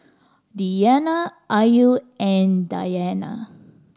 Diyana Ayu and Dayana